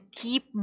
keep